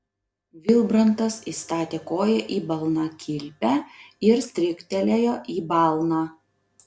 vilbrantas įstatė koją į balnakilpę ir stryktelėjo į balną